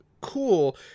cool